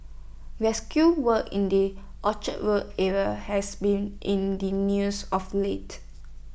rescue work in the Orchard road area has been in the news of late